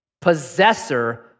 possessor